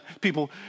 people